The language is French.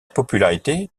popularité